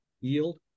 yield